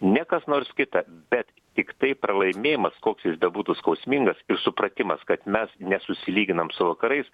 ne kas nors kita bet tiktai pralaimėjimas koks jis bebūtų skausmingas ir supratimas kad mes ne susilyginam su vakarais